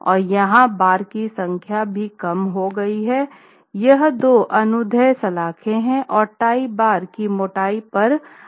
और यहाँ बार की संख्या भी कम की गई है यह दो अनुदैर्ध्य सलाखें हैं और टाई बार की मोटाई पर आयाम है